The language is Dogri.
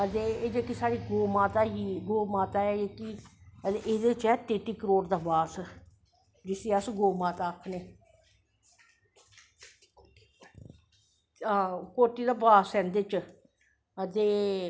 ते एह् साढ़ी जेह्की गौ माता ही गो माता ऐ ते एह्दै च ऐ तेत्ती करोड़ दा बास जिसी अस गौ माता आखनें हां कोटी दा बास ऐ इंदे च ते